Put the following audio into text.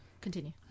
Continue